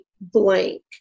blank